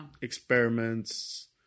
experiments